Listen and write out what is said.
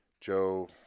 Joe